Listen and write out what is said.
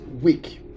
week